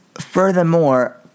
furthermore